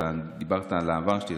דיברת על העבר שלי,